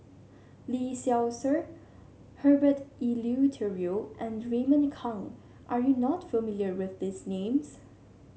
Lee Seow Ser Herbert Eleuterio and Raymond Kang are you not familiar with these names